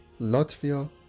Latvia